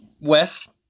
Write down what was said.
Wes